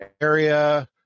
area